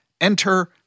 Enter